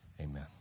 Amen